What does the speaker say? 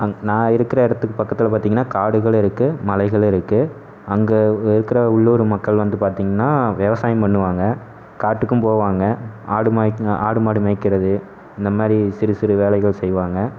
அ நான் இருக்கிற இடத்துக்கு பக்கத்தில் பாத்திங்கன்னா காடுகள் இருக்குது மலைகள் இருக்குது அங்கே இருக்கிற உள்ளூர் மக்கள் வந்து பாத்திங்கனா விவசாயம் பண்ணுவாங்க காட்டுக்கும் போவாங்க ஆடு மாய்க் ஆடு மாடு மேய்க்கிறது இந்தமாதிரி சிறு சிறு வேலைகள் செய்வாங்க